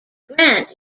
grant